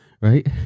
right